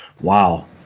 wow